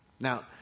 now